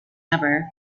ever